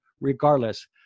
regardless